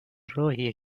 راهیه